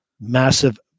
massive